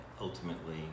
ultimately